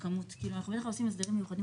אנחנו בדרך כלל עושים הסדרים מיוחדים